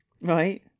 Right